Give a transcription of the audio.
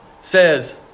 says